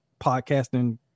podcasting